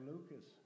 Lucas